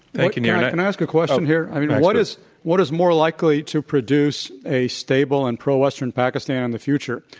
thank you, nir. can and and i ask a question here? i mean, what is what is more likely to produce a stable and pro western pakistan in the future?